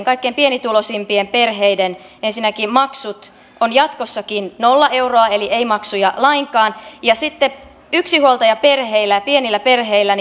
kaikkein pienituloisimpien perheiden maksut ovat jatkossakin nolla euroa eli ei maksuja lainkaan ja sitten yksinhuoltajaperheillä ja pienillä perheillä